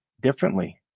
differently